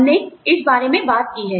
हमने इस बारे में बात की है